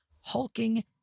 hulking